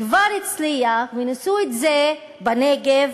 עכשיו לנושא הבא.